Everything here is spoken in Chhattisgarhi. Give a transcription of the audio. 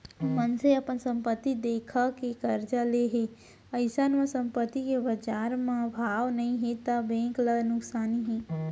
मनसे अपन संपत्ति देखा के करजा ले हे अइसन म संपत्ति के बजार म भाव नइ हे त बेंक ल नुकसानी हे